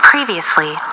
Previously